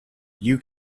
you